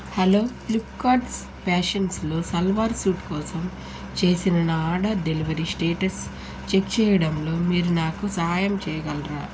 hello Flipkart's ప్యాషన్స్లో salwar suit కోసం చేసిన నా ఆర్డర్ డెలివరీ స్టేటస్ చెక్ చేయడంలో మీరు నాకు సహాయం చేయగలరా